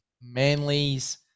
Manly's